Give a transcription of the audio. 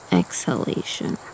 exhalation